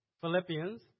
Philippians